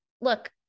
look